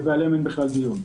ועליהם אין בכלל דיון.